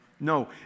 No